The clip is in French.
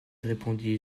répondis